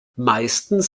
meistens